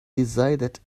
decided